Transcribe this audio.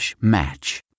match